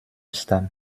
stamm